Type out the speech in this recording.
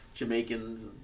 Jamaicans